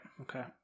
Okay